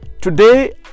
Today